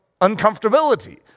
uncomfortability